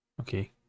Okay